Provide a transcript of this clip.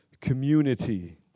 community